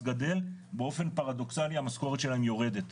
גדל באופן פרדוקסלי המשכורת שלהם יורדת,